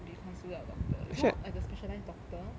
be considered a doctor it's more like a specialized doctor